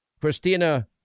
Christina